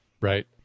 right